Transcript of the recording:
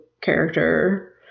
character